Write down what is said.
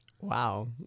Wow